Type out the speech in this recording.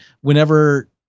whenever